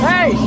Hey